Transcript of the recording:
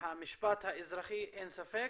המשפט האזרחי, אין ספק,